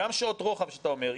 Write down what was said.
גם שעות רוחב שאתה אומר,